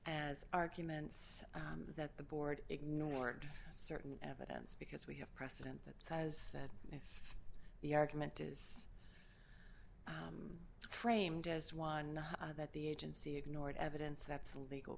as arguments that the board ignored certain evidence because we have precedent that says that if the argument is framed as one that the agency ignored evidence that's a legal